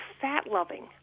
fat-loving